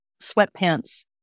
sweatpants